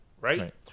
right